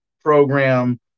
program